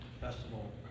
festival